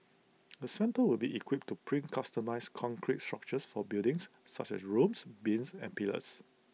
the centre will be equipped to print customised concrete structures for buildings such as rooms beams and pillars